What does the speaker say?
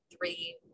three